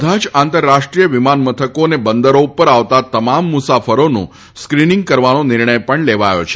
બધા જ આંતરરાષ્ટ્રીય વિમાન મથકો અને બંદરો ઉપર આવતા તમામ મુસાફરોનું સ્ક્રિનીંગ કરવાનો નિર્ણય પણ લેવાયો છે